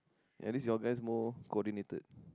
at least your mans more coordinated